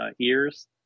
ears